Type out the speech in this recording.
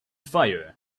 fire